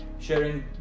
sharing